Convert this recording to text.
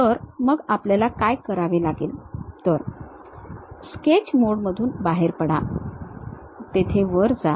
तर मग आपल्याला काय करावे लागेल तर स्केच मोडमधून बाहेर पडा तिथे वर जा